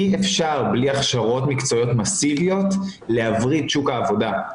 אי אפשר בלי הכשרות מקצועיות מסיביות להבריא את שוק העבודה.